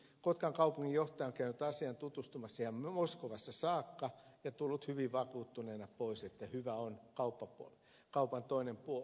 kotkan kaupunginjohtaja on käynyt asiaan tutustumassa moskovassa ja tullut hyvin vakuuttuneena pois että hyvä on mahdollisen kaupan vastapuoli